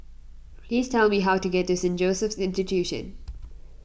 please tell me how to get to Saint Joseph's Institution